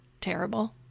terrible